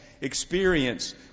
experience